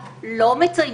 לא.